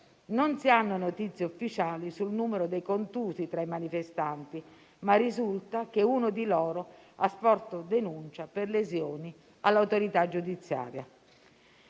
Non si hanno notizie ufficiali sul numero dei contusi tra i manifestanti, ma risulta che uno di loro ha sporto denuncia per lesioni all'autorità giudiziaria.